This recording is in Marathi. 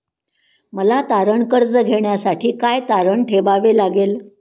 मला तारण कर्ज घेण्यासाठी काय तारण ठेवावे लागेल?